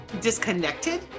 disconnected